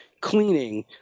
cleaning